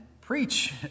preach